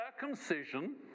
circumcision